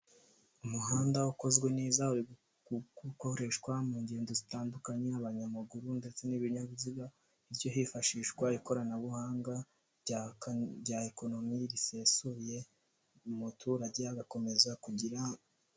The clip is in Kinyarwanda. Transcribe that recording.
Umuhanda ukozwe neza uri gukoreshwa mu ngendo zitandukanye abanyamaguru ndetse n'ibinyabiziga, hifashishwa ikoranabuhanga rya ekonomi risesuye umuturage agakomeza kugira.